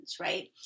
right